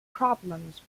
problems